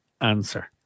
answer